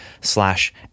slash